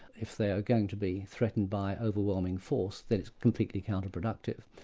if they are going to be threatened by overwhelming force, then it's completely counterproductive.